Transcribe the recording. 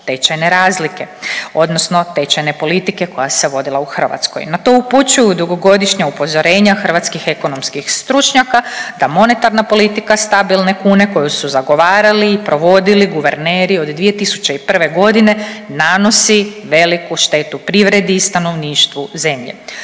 tečajne razlike odnosno tečajne politike koja se vodila u Hrvatskoj. Na to upućuju dugogodišnja upozorenja hrvatskih ekonomskih stručnjaka da monetarna politika stabilne kune koju su zagovarali i provodili guverneri od 2001. g. nanosi veliku štetu privredi i stanovništvu zemlje.